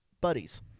buddies